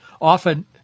often